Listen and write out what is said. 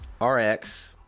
RX